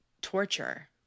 torture